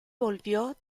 volvió